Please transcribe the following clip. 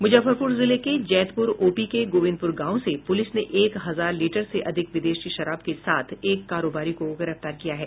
मूजफ्फरपूर जिले के जैतपूर ओपी के गोविंदपूर गांव से पूलिस ने एक हजार लीटर से अधिक विदेशी शराब के साथ एक करोबारी को गिरफ्तार किया है